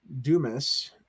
dumas